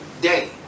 day